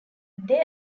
they